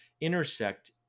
intersect